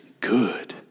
good